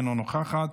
אינה נוכחת,